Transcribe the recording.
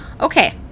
okay